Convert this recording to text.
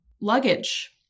luggage